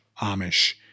Amish